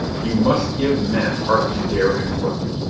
you must give men heart to dare and work.